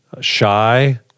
shy